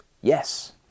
Yes